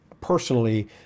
personally